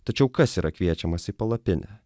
tačiau kas yra kviečiamas į palapinę